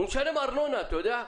הוא משלם ארנונה אתה יודע?